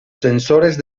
sensores